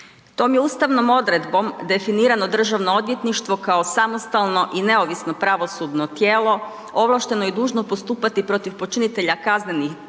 Tom je ustavnom odredbom definirano Državno odvjetništvo kao samostalno i neovisno pravosudno tijelo ovlašteno i dužno postupati protiv počinitelja kaznenih